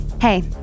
Hey